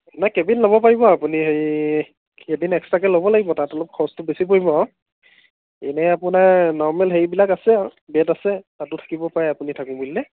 নাই কেবিন ল'ব পাৰিব আপুনি হেৰি এদিন এক্সট্ৰাকৈ ল'ব লাগিব তাত অলপ খৰচটো বেছি পৰিব আৰু এনেই আপোনাৰ নৰ্মেল হেৰিবিলাক আছে আৰু বেড আছে তাতো থাকিব পাৰে আপুনি থাকো বুলিলে